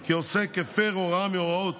כי העוסק הפר הוראה